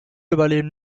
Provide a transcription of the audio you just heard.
überlebten